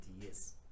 yes